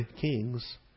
kings